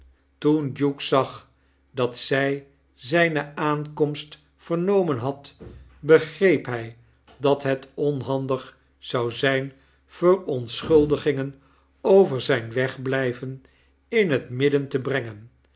toen duke zag dat zy zyne aankomst vernomen had begreep hy dat het onhandig zou zijn verontschuldigingen over zyn wegblyvenin het midden te brengen